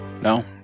No